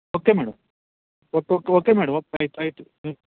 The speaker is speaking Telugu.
okay madam okay okay okay madam okay right right